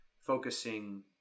focusing